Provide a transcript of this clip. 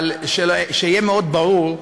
אבל שיהיה מאוד ברור,